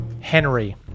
Henry